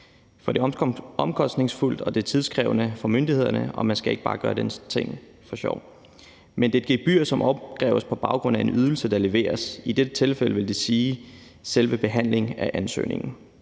For det er omkostningsfuldt, og det er tidskrævende for myndighederne, og man skal ikke bare gøre den slags ting for sjov. Men det er et gebyr, som opkræves på baggrund af en ydelse, der leveres. I det tilfælde vil det sige selve behandlingen af ansøgningen.